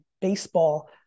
baseball